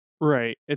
Right